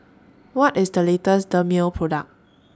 What IS The latest Dermale Product